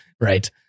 right